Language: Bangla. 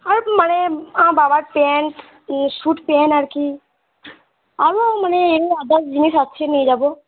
আর মানে আমার বাবার প্যান্ট স্যুট প্যান্ট আর কি আরো মানে এমনি আদার্স জিনিস আছে নিয়ে যাবো